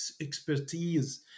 expertise